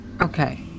Okay